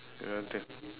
everyone take